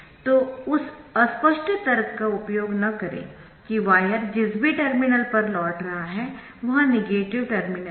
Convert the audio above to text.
तो उस अस्पष्ट तर्क का उपयोग न करें कि वायर जिस भी टर्मिनल पर लौट रहा है वह नेगेटिव टर्मिनल है